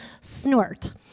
snort